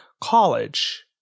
college